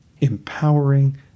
empowering